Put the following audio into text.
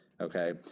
okay